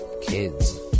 kids